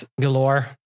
galore